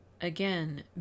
again